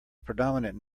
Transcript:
predominant